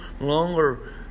longer